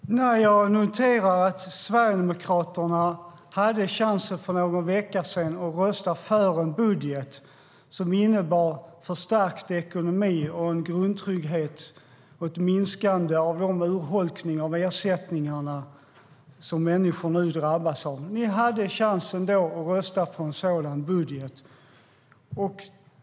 Herr talman! Nej. Jag noterar att Sverigedemokraterna för någon vecka sedan hade chansen att rösta för en budget som innebar förstärkt ekonomi, en grundtrygghet och ett minskande av de urholkningar av ersättningarna som människor nu drabbas av. Ni hade chansen att då rösta på en sådan budget.